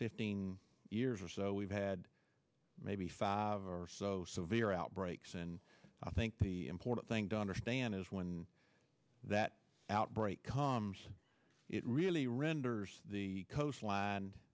fifteen years or so we've had maybe five or so severe outbreaks and i think the important thing to understand is when that outbreak comes it really renders the coast